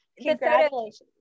congratulations